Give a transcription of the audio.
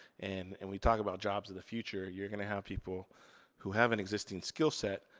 and and we talk about jobs of the future, you're gonna have people who have an existing skill set,